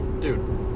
Dude